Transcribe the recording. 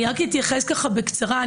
אני רק אתייחס ככה בקצרה.